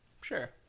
Sure